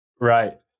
Right